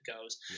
goes